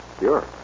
sure